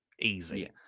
easy